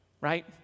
Right